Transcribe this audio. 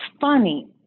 funny